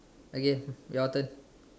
okay your turn